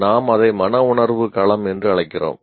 நாம் அதை மனவுணர்வு களம் என்று அழைக்கிறோம்